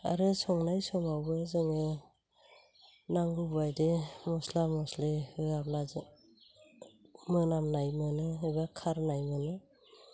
आरो संनाय समावबो जोङो नांगौबायदि मस्ला मस्लि होआब्ला जों मोनामनाय मोनो एबा खारनाय मोनो